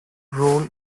role